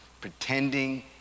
pretending